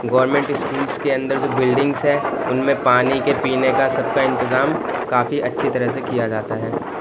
government schools کے اندر جو بلڈنگس ہیں ان میں پانی کے پینے کا سب کا انتظام کافی اچھے طرح سے کیا جاتا ہے